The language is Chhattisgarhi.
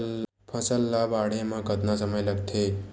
फसल ला बाढ़े मा कतना समय लगथे?